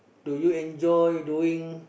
do you enjoy doing